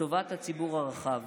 לטובת הציבור הרחב.